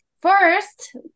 first